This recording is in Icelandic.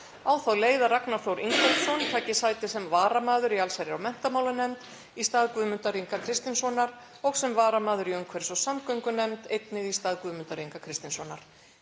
þá leið að Ragnar Þór Ingólfsson taki sæti sem varamaður í allsherjar- og menntamálanefnd í stað Guðmundar Inga Kristinssonar og sem varamaður í umhverfis- og samgöngunefnd, einnig í stað Guðmundar Inga Kristinssonar.